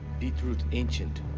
beet root ancient,